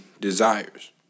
desires